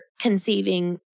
conceiving